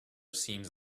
seems